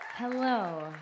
Hello